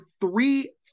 three